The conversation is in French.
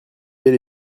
bel